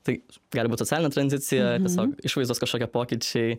tai gali būt socialinė tranzicija tiesiog išvaizdos kažkokie pokyčiai